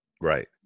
Right